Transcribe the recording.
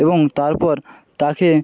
এবং তারপর তাকে